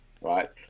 right